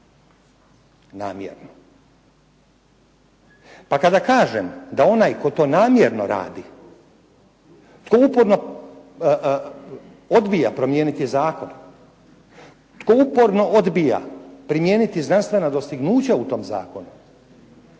Namjerno. Pa kada kažem da onaj tko to namjerno radi, tko uporno odbija promijeniti zakon, tko uporno odbija primijeniti znanstvena dostignuća u tom zakonu,